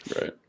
Right